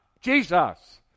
Jesus